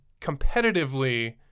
competitively